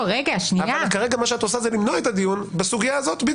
כרגע מה שאת עושה זה למנוע את הדיון בדיוק בסוגייה הזאת.